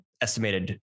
estimated